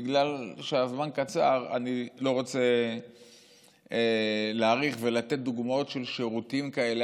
בגלל שהזמן קצר אני לא רוצה להאריך ולתת דוגמאות של שירותים כאלה.